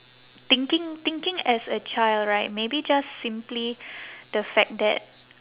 thinking thinking as a child right maybe just simply the fact that